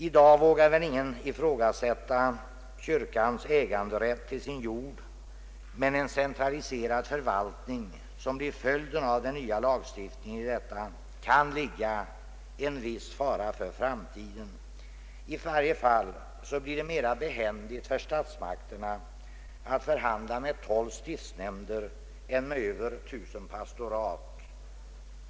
I dag vågar väl ingen ifrågasätta kyrkans äganderätt till sin jord, men i en centraliserad förvaltning, som blir följden av den nya lagstiftningen, kan ligga en viss fara för framtiden. I varje fall blir det mera behändigt för statsmakterna att förhandla med 12 stiftsnämnder än med över 1 000 pastorat.